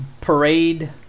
parade